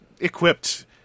equipped